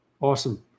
Awesome